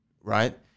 right